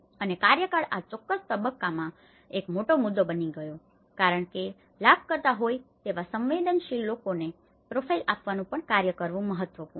અને કાર્યકાળ આ ચોક્કસ તબક્કામાં એક મોટો મુદ્દો બની ગયો છે કારણ કે લાભકર્તા હોય તેવા સંવેદનશીલ લોકોને પ્રોફાઇલ આપવાનું પણ કાર્ય તરીકે મહત્વપૂર્ણ છે